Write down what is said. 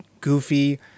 goofy